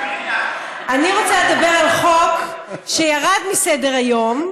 אני רוצה לדבר על חוק שירד היום מסדר-היום,